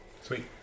Sweet